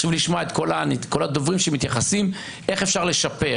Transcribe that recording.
חשוב לי לשמוע את כל הדוברים שמתייחסים איך אפשר לשפר,